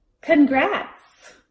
congrats